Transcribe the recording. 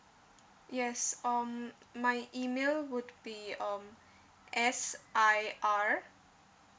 yes um my email would be um S I R